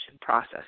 process